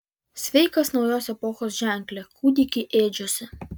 sveikas naujos epochos ženkle kūdiki ėdžiose